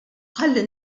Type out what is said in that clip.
ħalli